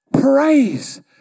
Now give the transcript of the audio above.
Praise